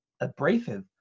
abrasive